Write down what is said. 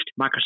Microsoft